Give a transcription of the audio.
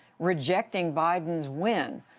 rejecting biden's win.